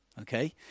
okay